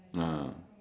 no